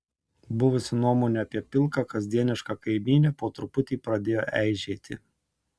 buvusi nuomonė apie pilką kasdienišką kaimynę po truputį pradėjo eižėti